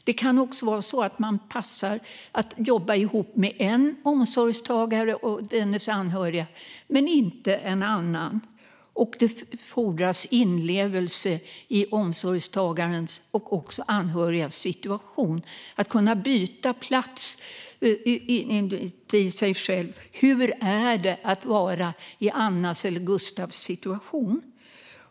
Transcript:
Det kan också vara så att man passar att jobba ihop med en omsorgstagare och dennes anhöriga men inte med en annan. Och det fordras inlevelse i omsorgstagarens och anhörigas situation - att kunna sätta sig själv på deras plats. Hur är det att vara i Annas eller Gustavs situation?